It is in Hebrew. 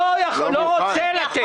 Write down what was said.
לא רוצה לתת.